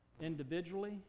individually